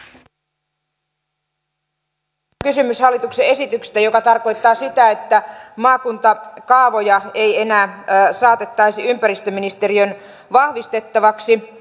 tässähän on kysymys hallituksen esityksestä joka tarkoittaa sitä että maakuntakaavoja ei enää saatettaisi ympäristöministeriön vahvistettavaksi